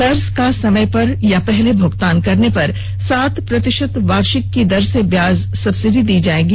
कर्ज का समय पर या पहले भुगतान करने पर सात प्रतिशत वार्षिक की दर से ब्याज सब्सिडी दी जाएगी